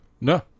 No